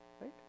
right